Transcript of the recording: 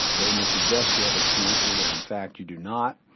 they may suggest you have a cancer when in fact you do not.